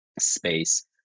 space